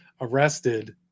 arrested